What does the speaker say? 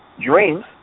dreams